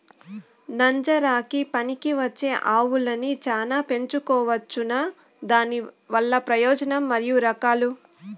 నంజరకి పనికివచ్చే ఆవులని చానా పెంచుకోవచ్చునా? దానివల్ల ప్రయోజనం మరియు రకాలు?